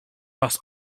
was